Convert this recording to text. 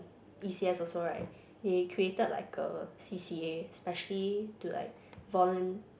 E C S also right they created like a C_C_A specially to like volun~